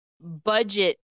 budget